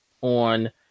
on